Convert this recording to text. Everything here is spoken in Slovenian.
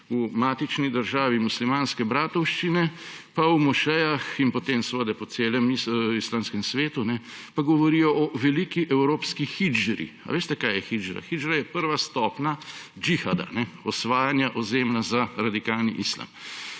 v matični državi Muslimanske bratovščine, v mošejah in potem seveda po celem islamskem svetu pa govorijo o veliki evropski hidžri. A veste, kaj je hidžra? Hidžra je prva stopnja džihada, osvajanja ozemlja za radikalni islam,